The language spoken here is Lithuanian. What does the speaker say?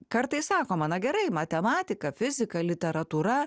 kartais sakoma na gerai matematika fizika literatūra